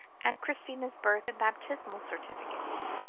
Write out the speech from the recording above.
and christina's birth and baptismal certificates.